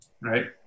right